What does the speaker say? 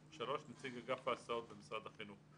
נציג אגף הסעות במשרד החינוך.